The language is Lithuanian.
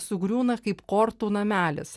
sugriūna kaip kortų namelis